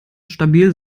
stabil